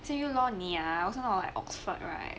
so you law 你 ah I am also not at oxford right